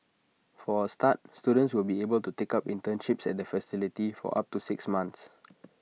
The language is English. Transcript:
for A start students will be able to take up internships at the facility for up to six months